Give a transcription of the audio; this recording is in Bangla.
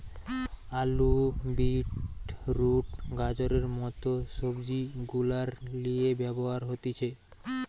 আলু, বিট রুট, গাজরের মত সবজি গুলার লিয়ে ব্যবহার হতিছে